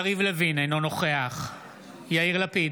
יריב לוין, אינו נוכח יאיר לפיד,